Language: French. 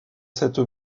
cette